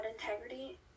integrity